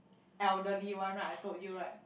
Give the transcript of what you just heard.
elderly one right I told you right